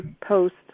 post